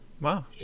Wow